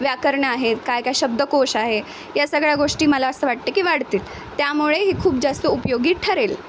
व्याकरणं आहेत काय काय शब्दकोश आहे या सगळ्या गोष्टी मला असं वाटते की वाढतील त्यामुळे ही खूप जास्त उपयोगी ठरेल